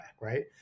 right